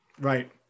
Right